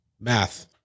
Math